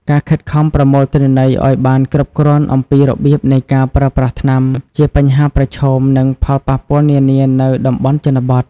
ការខិតខំប្រមូលទិន្នន័យឱ្យបានគ្រប់គ្រាន់អំពីរបៀបនៃការប្រើប្រាស់ថ្នាំ ជាបញ្ហាប្រឈម និងផលប៉ះពាល់នានានៅតំបន់ជនបទ។